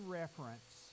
reference